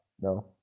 No